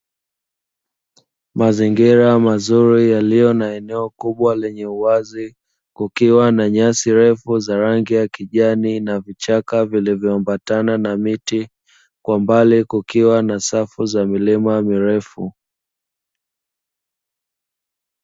Mazingira mazuri yaliyo na eneo kubwa lenye uwazi, kukiwa na nyasi refu za rangi ya kijani na vichaka vilivyoambatana na miti, kwa mbali kukiwa na safu za milima mirefu.